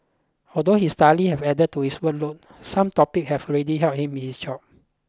although his studies have added to his workload some topic have already helped him in his job